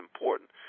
important